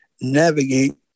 navigate